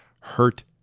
hurt